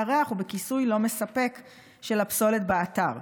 הריח הוא בכיסוי לא מספק של הפסולת באתר.